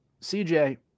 CJ